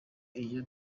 iyo